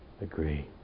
agree